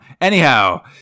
Anyhow